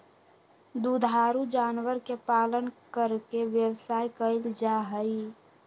दुधारू जानवर के पालन करके व्यवसाय कइल जाहई